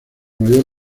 mayor